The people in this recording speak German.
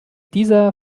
dieser